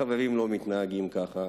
חברים לא מתנהגים ככה